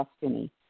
destiny